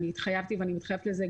התחייבתי ואני מתחייבת לזה,